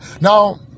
Now